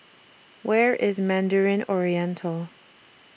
Where IS Mandarin Oriental